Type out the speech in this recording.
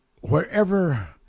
wherever